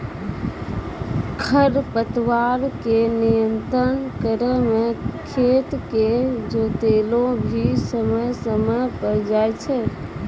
खरपतवार के नियंत्रण करै मे खेत के जोतैलो भी समय समय पर जाय छै